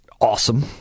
awesome